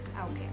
okay